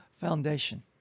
foundation